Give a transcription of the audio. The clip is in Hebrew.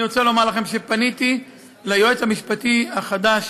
אני רוצה לומר לכם שפניתי ליועץ המשפטי החדש